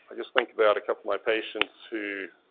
just think about a couple of my patients who,